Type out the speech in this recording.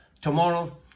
tomorrow